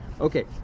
okay